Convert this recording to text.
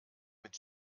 mit